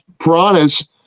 piranhas